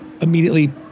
immediately